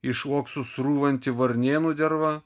iš uoksų srūvanti varnėnų derva